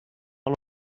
one